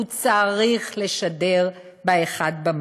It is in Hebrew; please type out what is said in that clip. הוא צריך לשדר ב-1 במאי.